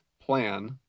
plan